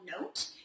note